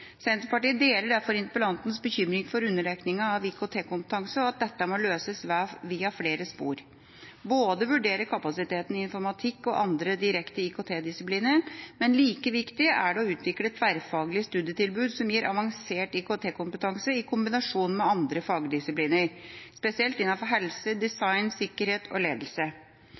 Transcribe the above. Senterpartiet deler derfor interpellantens bekymring for underdekningen av IKT-kompetanse, og at dette må løses via flere spor, bl.a. ved å vurdere kapasiteten i informatikk og andre direkte IKT-disipliner. Men like viktig er det å utvikle tverrfaglige studietilbud som gir avansert IKT-kompetanse i kombinasjon med andre fagdisipliner, spesielt innenfor helse,